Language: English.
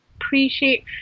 appreciate